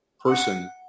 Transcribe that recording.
person